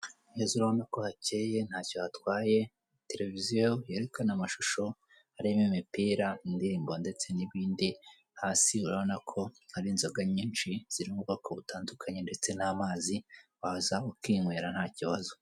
Ni hezaurabona ko hakeye ntacyo hatwaye televiziyo yerekana amashusho arimo imipira, indirimbo ndetse n'ibindi, hasi urabona ko hari inzoga nyinshi ziri mu bwoko butandukanye ndetse n'amazi waza ukinywera nta kibazo.